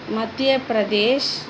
Madhya Pradesh